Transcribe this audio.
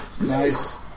Nice